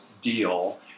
deal